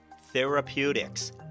Therapeutics